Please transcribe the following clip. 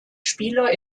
spieler